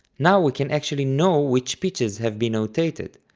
now we can actually know which pitches have been notated,